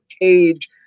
cage